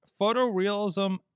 photorealism